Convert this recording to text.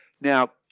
Now